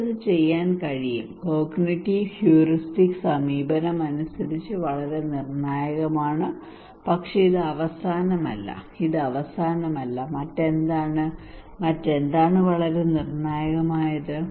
എനിക്ക് അത് ചെയ്യാൻ കഴിയും കോഗ്നിറ്റീവ് ഹ്യൂറിസ്റ്റിക് സമീപനം അനുസരിച്ച് വളരെ നിർണായകമാണ് പക്ഷേ ഇത് അവസാനമല്ല ഇത് അവസാനമല്ല മറ്റെന്താണ് മറ്റെന്താണ് വളരെ നിർണായകമായത്